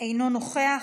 אינו נוכח.